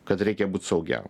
kad reikia būt saugiam